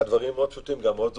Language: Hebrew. הדברים מאוד פשוטים, גם מאוד זולים.